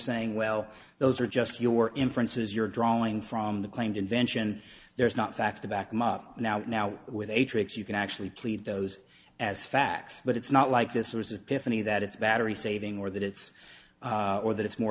saying well those are just your inferences you're drawing from the claimed invention there's not facts to back them up now now with a tricks you can actually plead those as facts but it's not like this was a pity that it's battery saving or that it's more that it's more